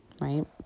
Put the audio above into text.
right